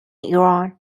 iran